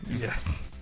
yes